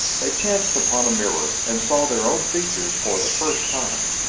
they chanced upon a mirror and saw their own features for the first time.